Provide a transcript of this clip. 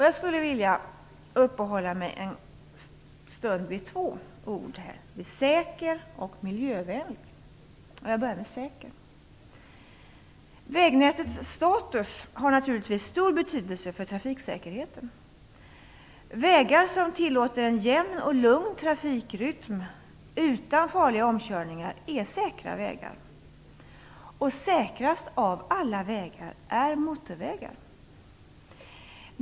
Jag skulle vilja uppehålla mig en stund vid två av dessa ord: "säker" och Jag börjar med begreppet säker. Vägnätets status har naturligtvis stor betydelse för trafiksäkerheten. Vägar som tillåter en jämn och lugn trafikrytm utan farliga omkörningar är säkra vägar. Säkrast av alla vägar är motorvägar.